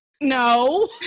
no